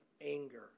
Anger